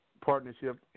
partnership